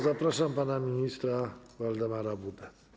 Zapraszam pana ministra Waldemara Budę.